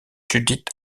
judith